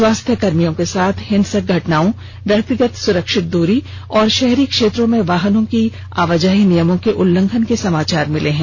स्वास्थ्य कर्मियों के साथ हिंसक घटनाओं व्यक्तिगत सुरक्षित दूरी और शहरी क्षेत्रों में वाहनों की आवाजाही नियमों के उल्लंघन के समाचार मिले हैं